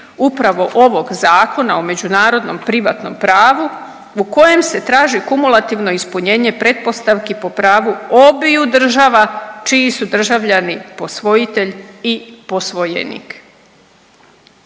upravo ovog Zakona o međunarodnom privatnom pravu u kojem se traži kumulativno ispunjenje pretpostavki po pravu obiju država čiji su državljani posvojitelj i posvojenik.